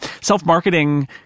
self-marketing